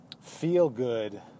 feel-good